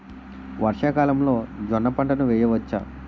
వర్షాకాలంలో జోన్న పంటను వేయవచ్చా?